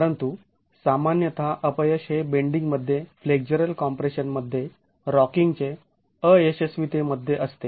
परंतु सामान्यतः अपयश हे बेंडींगमध्ये फ्लेक्झरल कॉम्प्रेशन मध्ये रॉकींगचे अयशस्वीते मध्ये असते